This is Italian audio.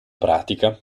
pratica